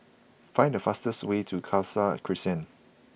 find the fastest way to Khalsa Crescent